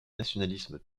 nationalisme